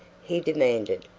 he demanded,